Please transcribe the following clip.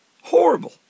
horrible